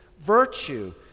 virtue